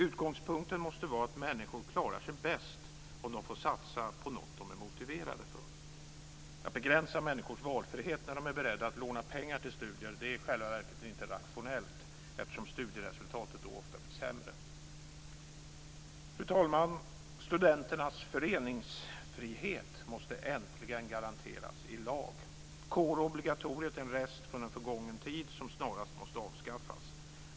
Utgångspunkten måste vara att människor klarar sig bäst om de får satsa på något som de är motiverade för. Att begränsa människors valfrihet - när de är beredda att låna pengar till studier - är i själva verket inte rationellt, eftersom studieresultatet då oftast blir sämre. Fru talman! Studenternas föreningsfrihet måste äntligen garanteras i lag. Kårobligatoriet är en rest från en förgången tid som snarast måste avskaffas.